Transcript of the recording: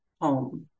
home